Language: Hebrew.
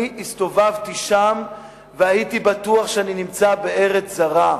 אני הסתובבתי שם, והייתי בטוח שאני נמצא בארץ זרה.